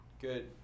Good